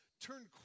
turn